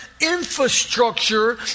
infrastructure